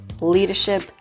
leadership